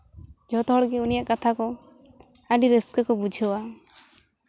ᱡᱚᱛᱚ ᱦᱚᱲᱜᱮ ᱩᱱᱤᱭᱟᱜ ᱠᱟᱛᱷᱟ ᱠᱚ ᱟᱹᱰᱤ ᱨᱟᱹᱥᱠᱟᱹ ᱠᱚ ᱵᱩᱡᱷᱟᱹᱣᱟ